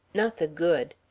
not the good.